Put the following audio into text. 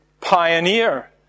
pioneer